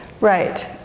right